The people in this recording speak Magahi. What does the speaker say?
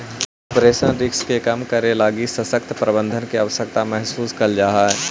ऑपरेशनल रिस्क के कम करे लगी सशक्त प्रबंधन के आवश्यकता महसूस कैल जा हई